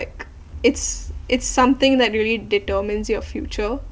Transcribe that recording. it it's it's something that really determines your future